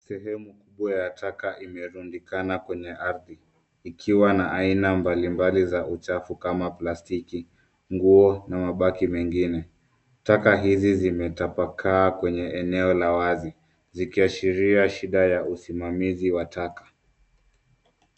Sehemu kubwa ya taka imerundikana kwenye ardhi ikiwa na aina mbalimbali za uchafu kama plastiki, nguo na mabaki mengine. Taka hizi zimetapakaa kwenye eneo la wazi zikiashiria shida ya usimamizi wa taka.